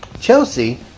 Chelsea